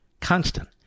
constant